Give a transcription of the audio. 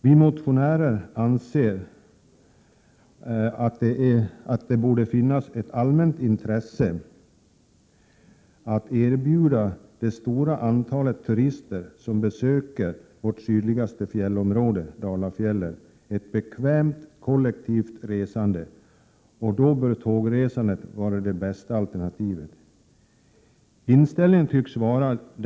Vi motionärer anser att det borde finnas ett allmänt intresse att erbjuda det stora antalet turister som besöker vårt sydligaste fjällområde, Dalafjällen, ett bekvämt kollektivt resande, och då borde tågresandet vara det bästa alternativet.